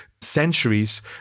centuries